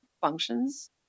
functions